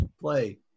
Play